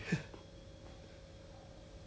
ya lor and then right try 看看